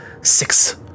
six